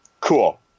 cool